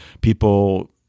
people –